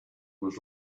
was